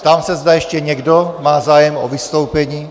Ptám se, zda ještě někdo má zájem o vystoupení.